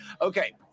Okay